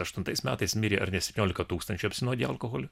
aštuntais metais mirė ar ne septyniolika tūkstančių apsinuodiję alkoholiu